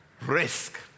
risk